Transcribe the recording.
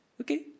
Okay